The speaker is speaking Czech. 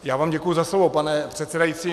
Já vám děkuji za slovo, pane předsedající.